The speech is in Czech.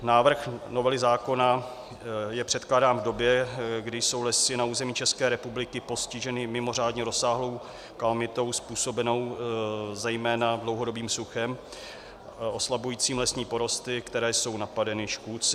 Návrh novely zákona je předkládán v době, kdy jsou lesy na území České republiky postiženy mimořádně rozsáhlou kalamitou způsobenou zejména dlouhodobým suchem oslabujícím lesní porosty, které jsou napadeny škůdci.